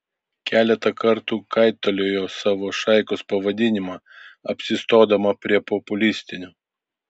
keletą kartų kaitaliojo savo šaikos pavadinimą apsistodama prie populistinio